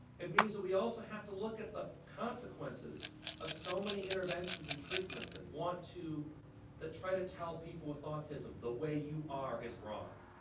it means that we also have to look at the consequences of so many interventions and treatments that want to that try to tell people with autism the way you are is wrong.